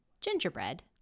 gingerbread